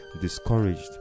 discouraged